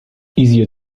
easier